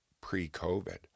pre-COVID